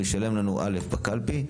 ישלם לנו, א' בקלפי,